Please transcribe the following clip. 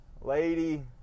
lady